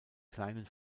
kleinen